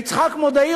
דרך אגב,